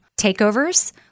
takeovers